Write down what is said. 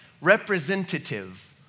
representative